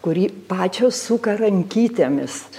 kurį pačios suka rankytėmis